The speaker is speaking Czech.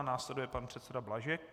Následuje pan předseda Blažek.